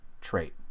trait